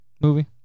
movie